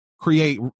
create